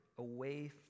Away